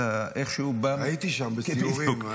אתה איכשהו בא --- הייתי שם בסיורים.